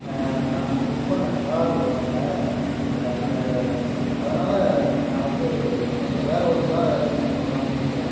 நான் புக் பண்ண கார் வரல அந்த அதனால் நான் வந்து இது பண்ணுறேன் வேறே ஒரு கார் அரேஞ்மெண்ட் பண்ணலாம்ட்டு இருக்கிறேன்